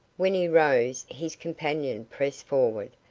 when he rose his companion pressed forward,